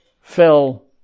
fell